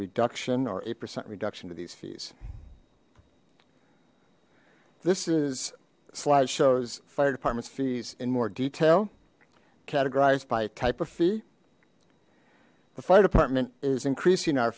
reduction or eight percent reduction to these fees this is slide shows fire departments fees in more detail categorized by type of fee the fire department is increasing our